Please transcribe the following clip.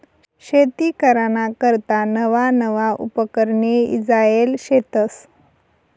शेती कराना करता नवा नवा उपकरणे ईजायेल शेतस